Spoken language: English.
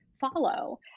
follow